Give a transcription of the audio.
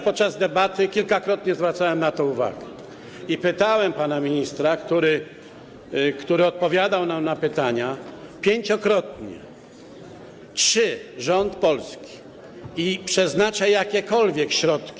Podczas debaty kilkakrotnie zwracałem na to uwagę i pytałem pana ministra, który odpowiadał nam na pytania, pięciokrotnie, czy rząd polski przeznacza jakiekolwiek środki.